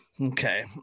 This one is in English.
Okay